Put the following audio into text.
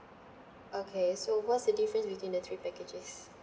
okay so what's the difference between the three packages